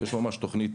יש תוכנית